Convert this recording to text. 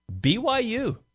BYU